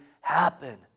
happen